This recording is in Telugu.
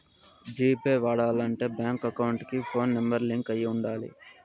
జీ పే వాడాలంటే బ్యాంక్ అకౌంట్ కి ఫోన్ నెంబర్ లింక్ అయి ఉండాలి